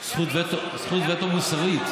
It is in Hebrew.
זכות וטו מוסרית.